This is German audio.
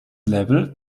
level